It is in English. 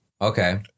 Okay